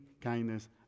kindness